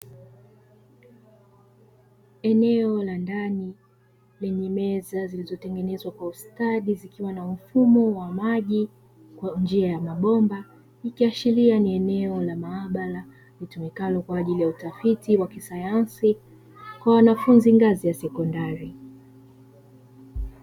Eneo la ndani lenye meza zilizotengenezwa kwa ustadi likiwa na mfumo wa maji kwa njia ya mabomba, ikiashiria ni eneo la maabara litumikalo kwa ajili ya utafiti wa kisayansi kwa wanafunzi ngazi ya sekondari.